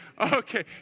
Okay